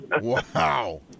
Wow